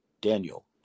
Daniel